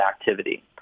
activity